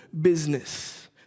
business